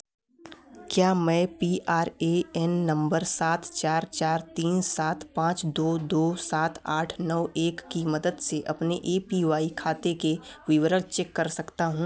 क्या मैं P R A N number सात चार चार तीन सात पाँच दो दो सात आठ नौ एक की मदद से अपने ए पी वाई खाते के विवरण चेक कर सकता हूँ